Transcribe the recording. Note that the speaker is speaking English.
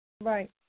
Right